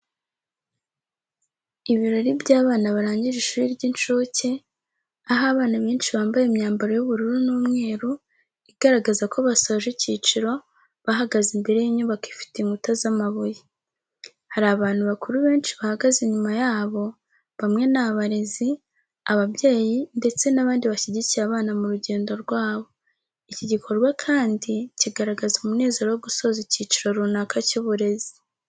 Ibirori by’abana barangije ishuri ry’incuke, aho abana benshi bambaye imyambaro y’ubururu n’umweru, igaragaza ko basoje icyiciro, bahagaze imbere y’inyubako ifite inkuta z’amabuye. Hari abantu bakuru benshi bahagaze inyuma yabo, bamwe ni abarezi, ababyeyi ndetse n’abandi bashyigikiye abana mu rugendo rwabo. Iki gikorwa kandi kigaragaza umunezero wo gusoza icyiciro runaka cy’uburezi.